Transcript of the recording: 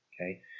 Okay